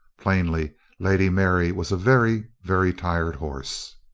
plainly lady mary was a very, very tired horse.